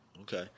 Okay